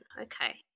okay